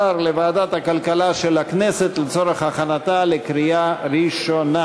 לוועדת הכלכלה של הכנסת לצורך הכנתה לקריאה ראשונה.